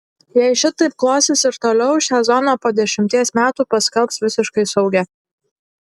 jei šitaip klosis ir toliau šią zoną po dešimties metų paskelbs visiškai saugia